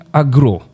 agro